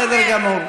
בסדר גמור.